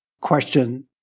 question